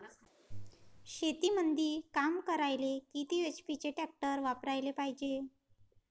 शेतीमंदी काम करायले किती एच.पी चे ट्रॅक्टर वापरायले पायजे?